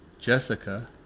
Jessica